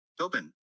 Open